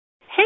Hey